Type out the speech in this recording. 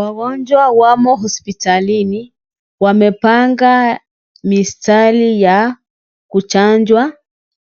Wagonjwa wamo hospitalini, wamechanga mistari ya kuchanjwa